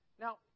Now